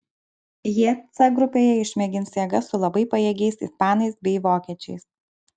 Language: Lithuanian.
jie c grupėje išmėgins jėgas su labai pajėgiais ispanais bei vokiečiais